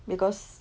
because